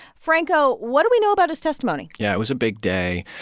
franco, what do we know about his testimony? yeah, it was a big day.